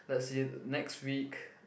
let's see next week